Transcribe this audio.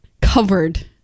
covered